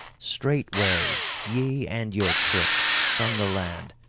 straightway, ye and your tricks, from the land,